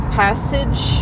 passage